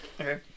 Okay